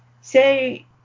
say